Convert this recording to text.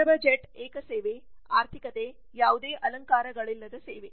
ಸುಲಭ ಜೆಟ್ ಏಕ ಸೇವೆ ಆರ್ಥಿಕತೆ ಯಾವುದೇ ಅಲಂಕಾರಗಳಿಲ್ಲದ ಸೇವೆ